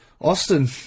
Austin